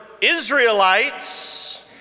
Israelites